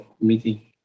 meeting